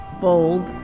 bold